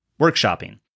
workshopping